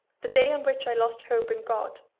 the day on which i lost hope in god,